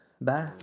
Bye